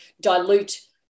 dilute